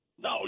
No